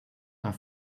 are